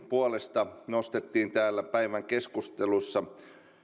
puolesta nostettiin täällä päivän keskustelussa